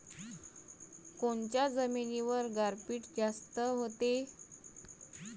कोनच्या जमिनीवर गारपीट जास्त व्हते?